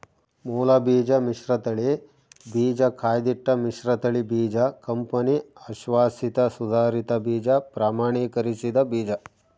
ಮೂಲಬೀಜ ಮಿಶ್ರತಳಿ ಬೀಜ ಕಾಯ್ದಿಟ್ಟ ಮಿಶ್ರತಳಿ ಬೀಜ ಕಂಪನಿ ಅಶ್ವಾಸಿತ ಸುಧಾರಿತ ಬೀಜ ಪ್ರಮಾಣೀಕರಿಸಿದ ಬೀಜ